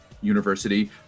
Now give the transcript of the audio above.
university